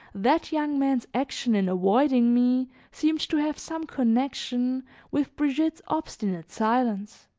that young man's action in avoiding me seemed to have some connection with brigitte's obstinate silence.